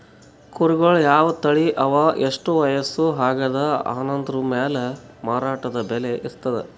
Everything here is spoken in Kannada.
ಕುರಿಗಳ್ ಯಾವ್ ತಳಿ ಅವಾ ಎಷ್ಟ್ ವಯಸ್ಸ್ ಆಗ್ಯಾದ್ ಅನದ್ರ್ ಮ್ಯಾಲ್ ಮಾರಾಟದ್ ಬೆಲೆ ಇರ್ತದ್